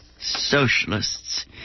socialists